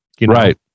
Right